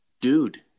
dude